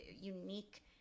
unique